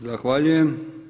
Zahvaljujem.